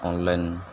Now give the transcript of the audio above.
online